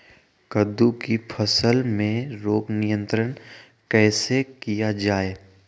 कददु की फसल में रोग नियंत्रण कैसे किया जाए?